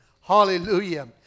hallelujah